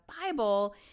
Bible